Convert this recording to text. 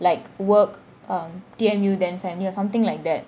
like work um T_M_U then family or something like that